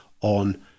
on